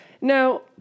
Now